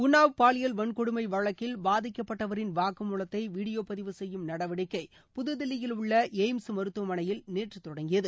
உள்ளாவ் பாலியல் வன்கொடுமை வழக்கில் பாதிக்கப்பட்டவரின் வாக்குமூலத்தை வீடியோ பதிவு செய்யும் நடவடிக்கை புதுதில்லியில் உள்ள எய்ம்ஸ் மருத்துவமனையில் நேற்று தொடங்கியது